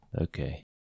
Okay